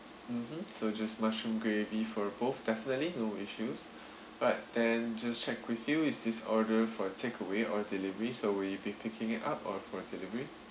mmhmm so just mushroom gravy for both definitely no issues but then just check with you is this order for takeaway or deliveries so you'll be picking up or delivery